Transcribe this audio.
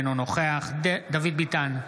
אינו נוכח דוד ביטן,